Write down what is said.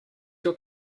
your